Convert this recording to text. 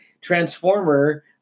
Transformer